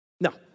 No